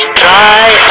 try